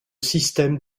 système